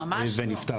ממש לא.